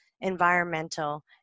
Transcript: environmental